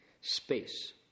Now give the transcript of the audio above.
Space